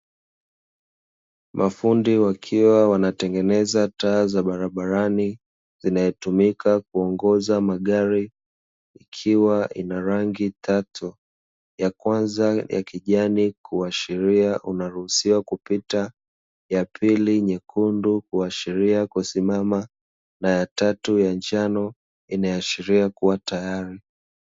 Mafundi wakiwa wanatengeneza taa za barabarani inayotumika kuongoza magari, ikiwa ina rangi tatu, ya kwanza ya kijani kuashiria unaruhusiwa kupita, ya pili ni nyekundu huashiria kusimama na ya tatu ya njano inayoashiria kuwa tayari.